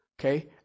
Okay